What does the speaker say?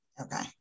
Okay